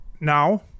Now